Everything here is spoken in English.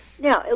Now